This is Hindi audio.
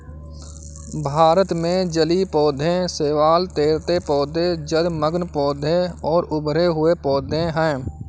भारत में जलीय पौधे शैवाल, तैरते पौधे, जलमग्न पौधे और उभरे हुए पौधे हैं